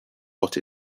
what